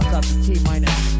T-minus